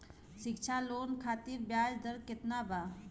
शिक्षा लोन खातिर ब्याज दर केतना बा?